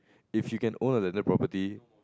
if you can own a landed property